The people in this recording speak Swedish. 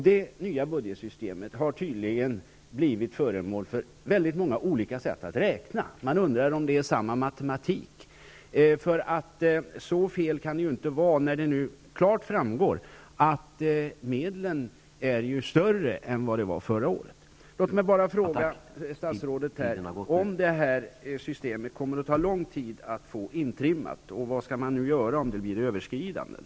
Det nya budgetsystemet har tydligen blivit föremål för väldigt många olika sätt att räkna. Man undrar om det är samma matematik. Så fel kan det inte vara när det nu klart framgår att medlen är större än de var förra året. Låt mig fråga statsrådet om det kommer att ta lång tid att få det här systemet intrimmat. Vad skall man göra om det blir överskridanden?